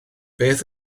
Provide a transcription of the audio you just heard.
beth